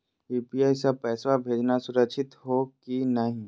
UPI स पैसवा भेजना सुरक्षित हो की नाहीं?